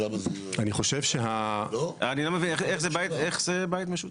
אני לא מבין איך זה בית משותף.